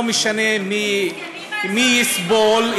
לא משנה מי יסבול.